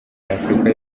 nyafurika